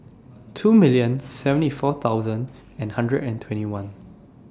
two million seventy four thousand and hundred and twenty one